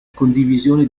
condivisione